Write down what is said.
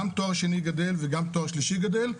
גם תואר שני גדל וגם תואר שלישי גדל.